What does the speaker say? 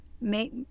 make